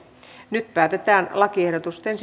nyt päätetään lakiehdotusten